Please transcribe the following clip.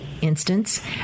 instance